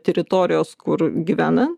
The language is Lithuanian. teritorijos kur gyvena